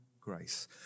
grace